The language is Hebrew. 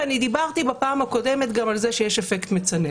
וגם דיברתי בפעם הקודמת גם על זה שיש אפקט מצנן.